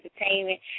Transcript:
Entertainment